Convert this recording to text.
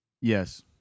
Yes